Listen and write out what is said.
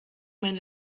mein